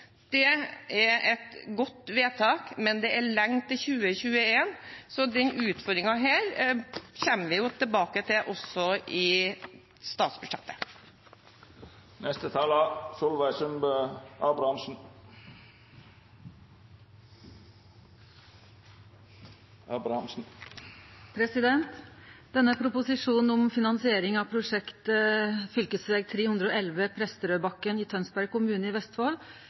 Det er et godt vedtak, men det er lenge til 2021, så denne utfordringen kommer vi tilbake til også i forbindelse med statsbudsjettet. Denne proposisjonen om finansieringa av prosjektet fv. 311 Presterødbakken i Tønsberg kommune i Vestfold